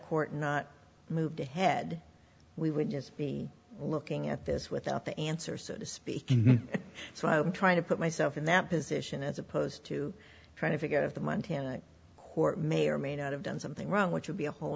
court not moved ahead we would just be looking at this without the answer so to speak so i'm trying to put myself in that position as opposed to trying to figure out of the month in court may or may not have done something wrong which would be a whole